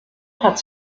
hat